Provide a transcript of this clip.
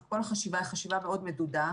אך כל החשיבה היא חשיבה מאוד מדודה,